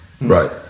Right